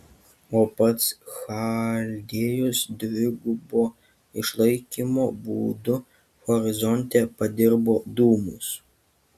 o pats chaldėjus dvigubo išlaikymo būdu horizonte padirbo dūmus